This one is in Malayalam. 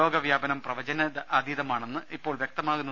രോഗവ്യാപനം പ്രവചനാതീതമാണെന്നാണ് ഇപ്പോൾ വ്യക്തമാകുന്നത്